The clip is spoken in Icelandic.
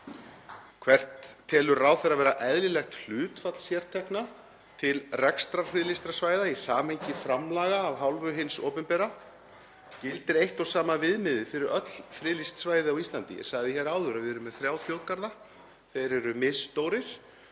Hvert telur ráðherra vera eðlilegt hlutfall sértekna til rekstrar friðlýstra svæða í samhengi framlaga af hálfu hins opinbera? Gildir eitt og sama viðmiðið fyrir öll friðlýst svæði á Íslandi? Ég sagði hér áður að við erum með þrjá þjóðgarða. Þeir eru misstórir